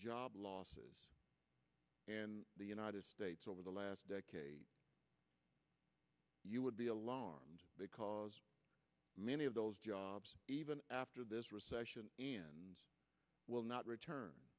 job losses in the united states over the last decade you would be alarmed because many of those jobs even after this recession will not return